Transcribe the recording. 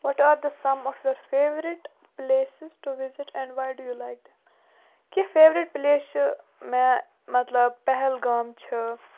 what are the some of your favourite places to visit and why do you like them کینٛہہ favourite place چھِ مےٚ مطلب پہلگام چھِ